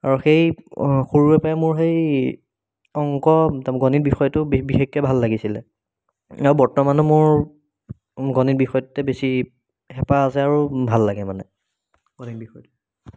আৰু সেই সৰুৰে পৰাই মোৰ সেই অংক গ গণিত বিষয়টো বিশেষকৈ ভাল লাগিছিলে আৰু বৰ্তমানো মোৰ গণিত বিষয়টোতে বেছি হেঁপাহ আছে আৰু ভাল লাগে মানে গণিত বিষয়টো